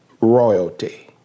royalty